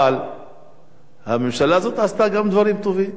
אבל הממשלה הזאת עשתה גם דברים טובים.